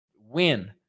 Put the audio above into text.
win